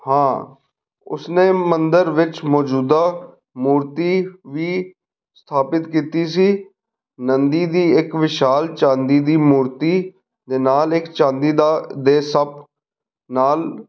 ਹਾਂ ਉਸਨੇ ਮੰਦਰ ਵਿੱਚ ਮੌਜੂਦਾ ਮੂਰਤੀ ਵੀ ਸਥਾਪਿਤ ਕੀਤੀ ਸੀ ਨੰਦੀ ਦੀ ਇੱਕ ਵਿਸ਼ਾਲ ਚਾਂਦੀ ਦੀ ਮੂਰਤੀ ਦੇ ਨਾਲ ਇੱਕ ਚਾਂਦੀ ਦਾ ਦੇ ਸੱਪ ਨਾਲ